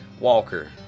Walker